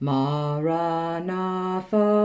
Maranatha